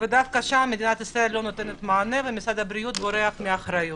דווקא שם מדינת ישראל לא נותנת מענה ומשרד הבריאות בורח מאחריות.